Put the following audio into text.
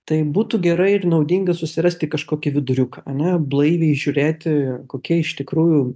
tai būtų gerai ir naudinga susirasti kažkokį viduriuką ane blaiviai žiūrėti kokie iš tikrųjų